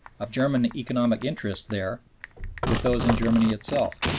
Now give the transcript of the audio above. of german economic interests there with those in germany itself.